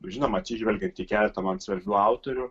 žinoma atsižvelgiant į keletą man svarbių autorių